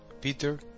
Peter